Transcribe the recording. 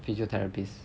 physiotherapist